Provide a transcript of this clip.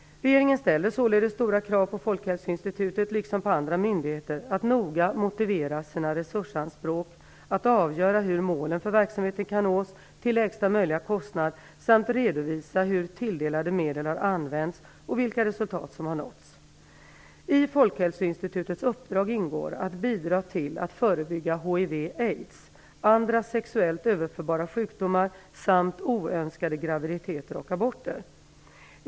Regeringen ställer således stora krav på Folkhälsoinstitutet, liksom på andra myndigheter, att noga motivera sina resursanspråk, att avgöra hur målen för verksamheten kan nås till lägsta möjliga kostnad samt redovisa hur tilldelade medel har använts och vilka resultat som har nåtts. I Folkhälsoinstitutets uppdrag ingår att bidra till att förebygga hiv/aids, andra sexuellt överförbara sjukdomar samt oönskade graviditeter och aborter.